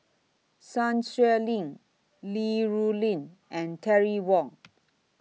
Sun Xueling Li Rulin and Terry Wong